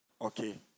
okay